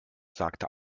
sagt